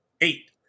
Eight